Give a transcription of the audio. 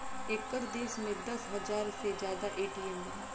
एकर देश में दस हाजार से जादा ए.टी.एम बा